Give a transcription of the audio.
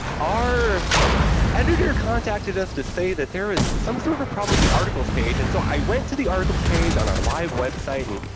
our editor contacted us to say that there is some sort of a problem with the articles page, and so i went to the articles page on our live website, and,